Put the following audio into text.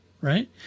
right